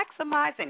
maximizing